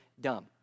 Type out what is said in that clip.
dumb